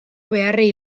beharrei